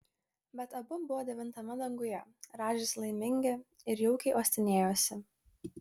bet abu buvo devintame danguje rąžėsi laimingi ir jaukiai uostinėjosi